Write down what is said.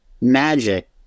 magic